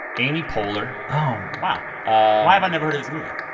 amy poehler um wow. ah why have i never heard of this movie?